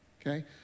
Okay